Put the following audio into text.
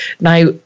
Now